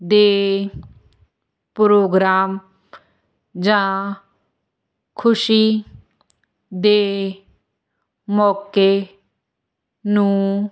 ਦੇ ਪ੍ਰੋਗਰਾਮ ਜਾਂ ਖੁਸ਼ੀ ਦੇ ਮੌਕੇ ਨੂੰ